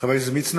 חבר הכנסת מצנע,